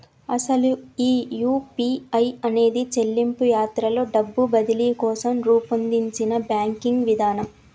అసలు ఈ యూ.పీ.ఐ అనేది చెల్లింపు యాత్రలో డబ్బు బదిలీ కోసం రూపొందించిన బ్యాంకింగ్ విధానం